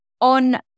On